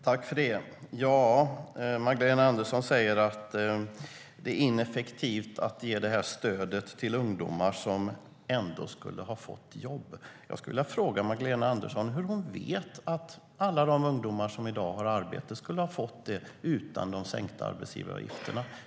Herr talman! Magdalena Andersson säger att det är ineffektivt att ge detta stöd till ungdomar som ändå skulle ha fått jobb. Jag vill fråga Magdalena Andersson hur hon vet att alla de ungdomar som i dag har arbete skulle ha fått det utan de sänkta arbetsgivaravgifterna.